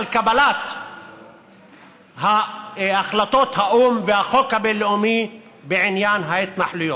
קבלת החלטות האו"ם והחוק הבין-לאומי בעניין ההתנחלויות.